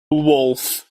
wolf